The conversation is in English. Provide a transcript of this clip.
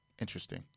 Interesting